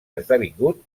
esdevingut